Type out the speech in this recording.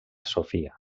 sofia